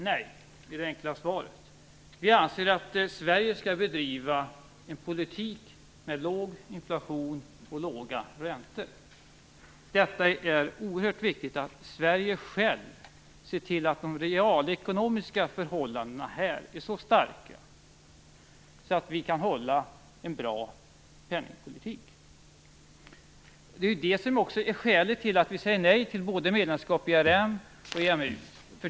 Fru talman! Det enkla svaret är nej. Vi anser att Sverige skall bedriva en politik med låg inflation och låga räntor. Det är oerhört viktigt att vi i Sverige själva ser till att de realekonomiska förhållandena är så starka att vi kan hålla en bra penningpolitik. Det är det som också är skälet till att vi säger nej till medlemskap både i ERM och i EMU.